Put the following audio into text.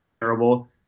terrible